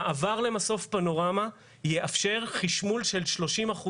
מעבר למסוף פנורמה יאפשר חשמול של 30%